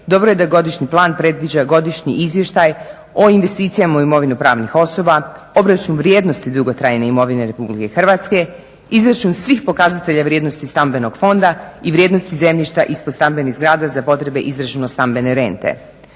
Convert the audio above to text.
dobro je da godišnji plan predviđa godišnji izvještaj o investicijama u imovinu pravnih osoba, … vrijednosti dugotrajne imovine Republike Hrvatske, izračun svih pokazatelja i vrijednosti stambenog fonda i vrijednosti zemljišta ispod stambenih zgrada za potrebe izračuna stambene rente.